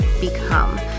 become